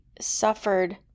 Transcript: suffered